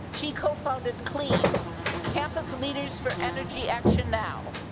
she co-founded clean campus leaders for energy action now.